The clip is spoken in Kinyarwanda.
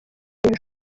ijoro